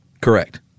Correct